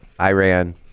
Iran